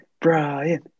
Brian